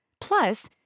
Plus